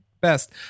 best